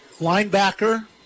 linebacker